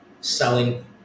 selling